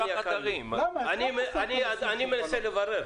אני מנסה להבין.